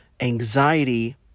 Anxiety